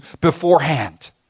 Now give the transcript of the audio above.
beforehand